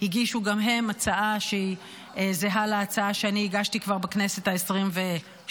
שהגישו גם הם הצעה שהיא זהה להצעה שאני הגשתי כבר בכנסת העשרים-ושלוש,